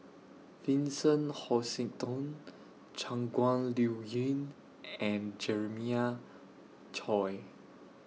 Vincent Hoisington Shangguan Liuyun and Jeremiah Choy